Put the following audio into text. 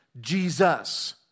Jesus